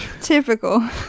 typical